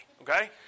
okay